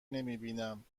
نمیبینم